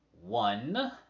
one